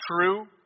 true